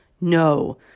No